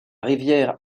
rivière